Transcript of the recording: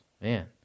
Man